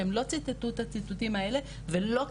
שהן לא ציטטו את הציטוטים האלה ולא קיבלנו,